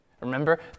Remember